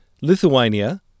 Lithuania